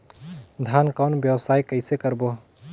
धान कौन व्यवसाय कइसे करबो?